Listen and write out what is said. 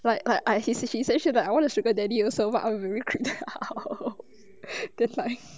but I I she she she said she but I want a sugar daddy but I will be very creep out then like